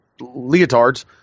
leotards